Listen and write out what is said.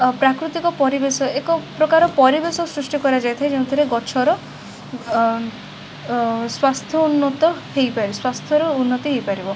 ପ୍ରାକୃତିକ ପରିବେଶ ଏକପ୍ରକାର ପରିବେଶ ସୃଷ୍ଟି କରାଯାଇଥାଏ ଯେଉଁଥିରେ ଗଛର ଅ ସ୍ବାସ୍ଥ୍ୟ ଉନ୍ନତ ହେଇପାରେ ସ୍ବାସ୍ଥ୍ୟର ଉନ୍ନତି ହେଇପାରିବ